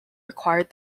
required